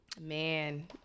man